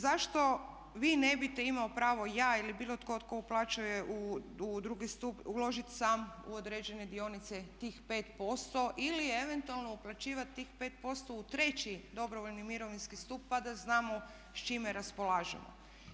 Zašto vi ne bite imao pravo ja ili bilo tko, tko uplaćuje u drugi stup uložiti sam u određene dionice tih 5% ili eventualno uplaćivati tih 5% u treći dobrovoljni mirovinski stup pa da znamo s čime raspolažemo.